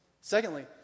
Secondly